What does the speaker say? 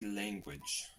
language